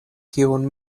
kiun